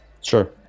Sure